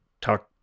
talk